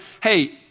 hey